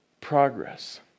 Progress